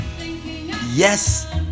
Yes